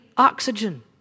Oxygen